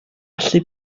allu